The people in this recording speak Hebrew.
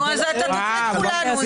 נו, אז תוציא את כולנו.